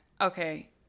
okay